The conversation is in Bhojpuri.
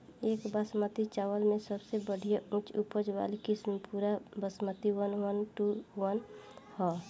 एक बासमती चावल में सबसे बढ़िया उच्च उपज वाली किस्म Pusa Basmati one one two one ह?